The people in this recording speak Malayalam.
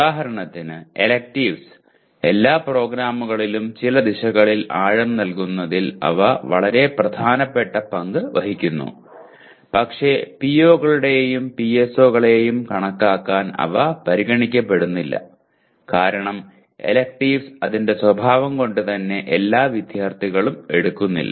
ഉദാഹരണത്തിന് എലെക്റ്റിവ്സ് എല്ലാ പ്രോഗ്രാമുകളിലും ചില ദിശകളിൽ ആഴം നൽകുന്നതിൽ അവ വളരെ പ്രധാനപ്പെട്ട പങ്ക് വഹിക്കുന്നു പക്ഷേ PO കളെയും PSO കളെയും കണക്കാക്കാൻ അവ പരിഗണിക്കപ്പെടുന്നില്ല കാരണം എലെക്റ്റിവ്സ് അതിന്റെ സ്വഭാവം കൊണ്ട് തന്നെ എല്ലാ വിദ്യാർത്ഥികളും എടുക്കുന്നില്ല